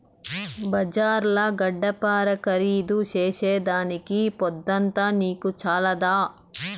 బజార్ల గడ్డపార ఖరీదు చేసేదానికి పొద్దంతా నీకు చాలదా